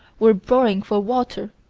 were boring for water,